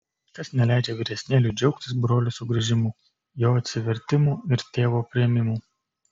kas neleidžia vyresnėliui džiaugtis brolio sugrįžimu jo atsivertimu ir tėvo priėmimu